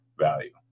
value